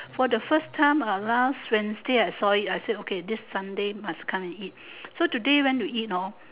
for the first time uh last wednesday I saw it I said okay this Sunday must come and eat so today went to eat hor